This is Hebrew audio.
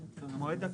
שמעתי.